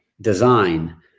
design